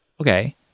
okay